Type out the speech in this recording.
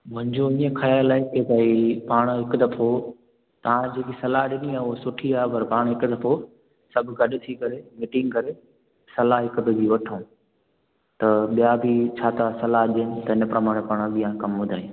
मुंहिंजो ईअं ख़याल आहे की भाई पाण हिकु दफ़ो तव्हां जेकी सलाहु ॾिनी आहे उहो सुठी आहे पर पाण हिकु दफ़ो सभु गॾु थी करे मीटिंग करे सलाहु हिक ॿिए जी वठूं त ॿिया बि छा था सलाहु ॾेयनि त हिन प्रमाण पाण ॿिया कमु वधायूं